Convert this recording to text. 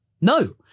no